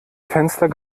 fenster